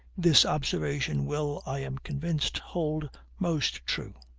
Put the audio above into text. this observation will, i am convinced, hold most true,